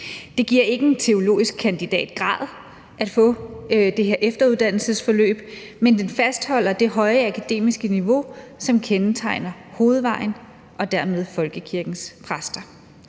Det giver ikke en teologisk kandidatgrad at få det her efteruddannelsesforløb, men det fastholder det høje akademiske niveau, som kendetegner hovedvejen og dermed folkekirkens præster.